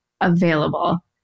available